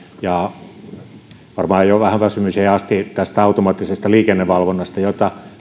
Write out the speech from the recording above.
ja varmaan jo vähän väsymiseen asti automaattisesta liikennevalvonnasta jota